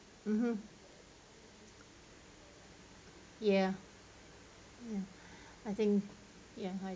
(uh huh) ya mm I think ya